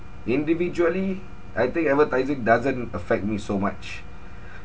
individually I think advertising doesn't affect me so much